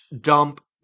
dump